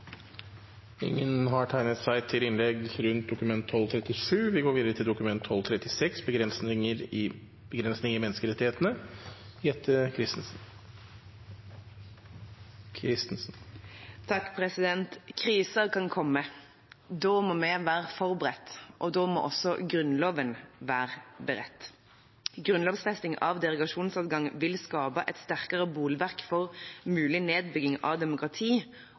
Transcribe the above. har ikke bedt om ordet til grunnlovsforslag 36. Kriser kan komme. Da må vi være forberedt, og da må også Grunnloven være beredt. Grunnlovfesting av derogasjonsadgangen vil skape et sterkere bolverk mot mulig nedbygging av demokrati